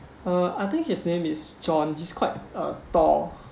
uh I think his name is john he's quite uh tall